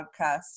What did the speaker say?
podcast